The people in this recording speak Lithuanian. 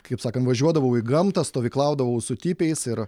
kaip sakant važiuodavau į gamtą stovyklaudavau su tipiais ir